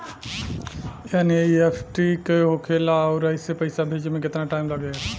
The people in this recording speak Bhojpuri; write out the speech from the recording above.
एन.ई.एफ.टी का होखे ला आउर एसे पैसा भेजे मे केतना टाइम लागेला?